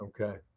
Okay